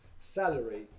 salary